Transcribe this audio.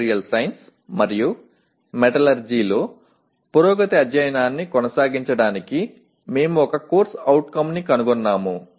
material science మరియు మెటలర్జీలో పురోగతి అధ్యయనాన్ని కొనసాగించడానికి మేము ఒక CO ని కనుగొన్నాము